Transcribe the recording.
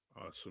Awesome